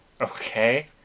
Okay